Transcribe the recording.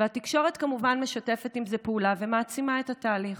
והתקשורת כמובן משותפת עם זה פעולה ומעצימה את התהליך.